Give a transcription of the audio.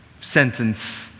sentence